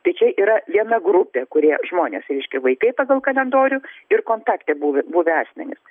tai čia yra viena grupė kurie žmonės reiškia vaikai pagal kalendorių ir kontaktai buvę buvę asmenys